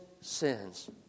sins